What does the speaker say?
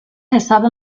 حساب